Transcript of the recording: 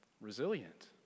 resilient